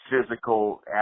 physical